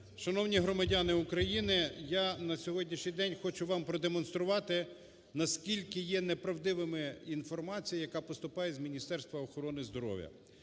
Шановні громадяни України, я на сьогоднішній день хочу вам продемонструвати, наскільки є неправдивою інформація, яка поступає з Міністерства охорони здоров'я.